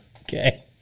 Okay